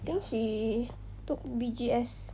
think she took B_G_S